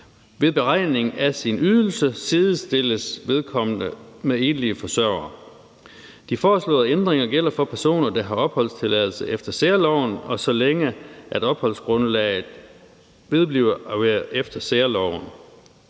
Ved beregning af sin ydelse sidestilles vedkommende med enlige forsørgere. De foreslåede ændringer gælder for personer, der har opholdstilladelse efter særloven, og så længe opholdsgrundlaget vedbliver at være efter særloven